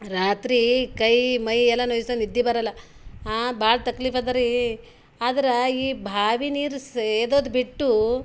ರಾತ್ರಿ ಕೈ ಮೈ ಎಲ್ಲ ನೊಯ್ಸ್ತವ ನಿದ್ದೆ ಬರಲ್ಲ ಭಾಳ ತಕ್ಲೀಫ್ ಅದರೀ ಆದ್ರೆ ಈ ಬಾವಿ ನೀರು ಸೇದೋದು ಬಿಟ್ಟು